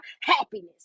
happiness